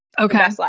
Okay